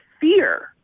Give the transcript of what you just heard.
fear